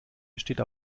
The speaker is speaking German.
besteht